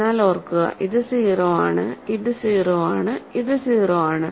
എന്നാൽ ഓർക്കുക ഇത് 0 ആണ് ഇത് 0 ആണ് ഇത് 0 ആണ്